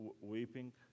weeping